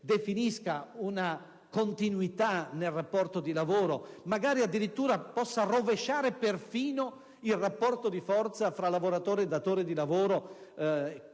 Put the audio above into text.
definiscano una continuità nel rapporto di lavoro e possa addirittura rovesciare il rapporto di forza fra lavoratore e datore di lavoro,